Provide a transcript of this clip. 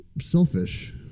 selfish